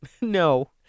No